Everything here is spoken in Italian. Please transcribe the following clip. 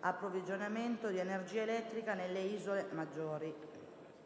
approvvigionamento di energia elettrica nelle isole maggiori»